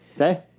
Okay